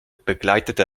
begleitete